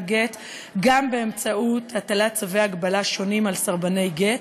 גט גם באמצעות הטלת צווי הגבלה שונים על סרבני גט.